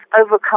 overcome